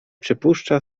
przypuszcza